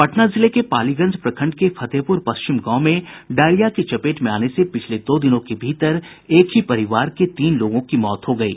पटना जिले के पालीगंज प्रखंड के फतेहपुर पश्चिम गांव में डायरिया की चपेट में आने से पिछले दो दिनों के भीतर एक ही परिवार की तीन लोगों की मौत हो गयी